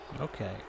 Okay